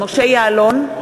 יעלון,